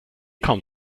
kaum